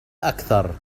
أكثر